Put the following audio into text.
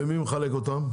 מי מחלק אותן?